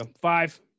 five